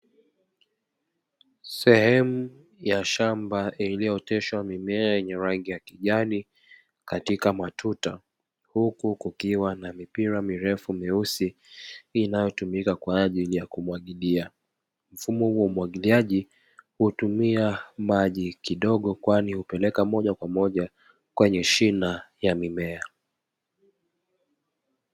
Sehemu ya shamba iliyo oteshwa mimea yenye rangi ya kijani katika matuta huku kukiwa na mipira mirefu myeusi inayo tumika kwa ajili ya kumwagilia, mfumo huu wa umwagiliaji hutumia maji kidogo kwani hupeleka moja kwa moja kwenye shina ya mimea.